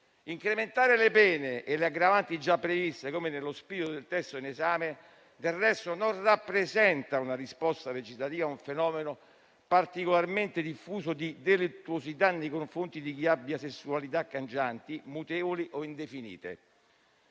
Incrementare le pene e le aggravanti già previste, come nello spirito del testo in esame, del resto, non rappresenta una risposta legislativa a un fenomeno particolarmente diffuso di delittuosità nei confronti di chi abbia sessualità cangianti, mutevoli o indefinite: